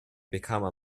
become